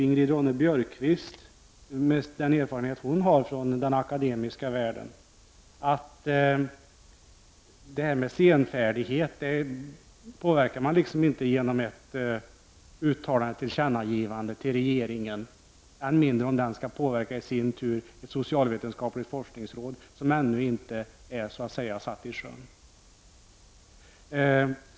Ingrid Ronne Björkqvist vet med den erfarenhet hon har från den akademiska världen att det här med senfärdigheten påverkar man inte genom ett tillkännagivande till regeringen, än mindre om den i sin tur skall påverka ett socialvetenskapligt forskningsråd som ännu inte är satt i sjön.